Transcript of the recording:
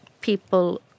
people